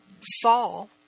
Saul